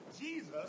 Jesus